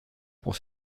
pour